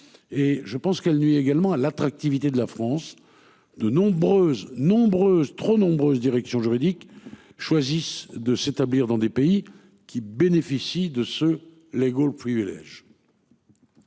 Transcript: et je pense qu'elle nuit également à l'attractivité de la France, de nombreuses, nombreuses, trop nombreuses directions juridiques choisissent de s'établir dans des pays qui bénéficient de ce les le privilège.